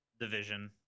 division